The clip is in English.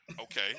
Okay